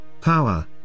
power